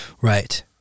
Right